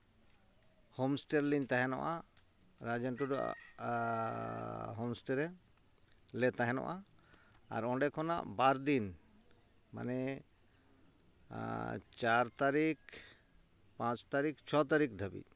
homestay ᱨᱮᱞᱤᱧ ᱛᱟᱦᱮᱱᱚᱜᱼᱟ ᱨᱟᱡᱮᱱ ᱴᱩᱰᱩᱣᱟᱜ ᱦᱳᱢᱥᱴᱮ ᱨᱮ ᱞᱮ ᱛᱟᱦᱮᱱᱚᱜᱼᱟ ᱟᱨ ᱚᱸᱰᱮ ᱠᱷᱚᱱᱟᱜ ᱵᱟᱨ ᱫᱤᱱ ᱢᱟᱱᱮ ᱪᱟᱨ ᱛᱟᱹᱨᱤᱠᱷ ᱯᱟᱸᱪ ᱛᱟᱹᱨᱤᱠᱷ ᱪᱷᱚ ᱛᱟᱹᱨᱤᱠᱷ ᱫᱷᱟᱹᱵᱤᱡ